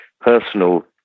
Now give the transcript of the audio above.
personal